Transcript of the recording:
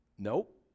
Nope